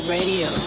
Radio